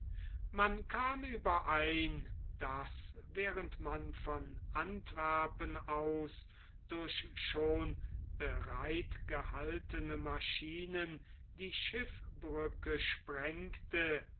man kam überein daß während man von antwerpen aus durch schon bereitgehaltene maschinen die schiffbrücke sprengte